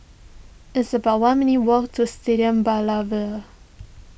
it's about one minutes' walk to Stadium Boulevard